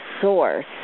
source